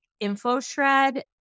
InfoShred